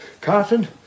Carton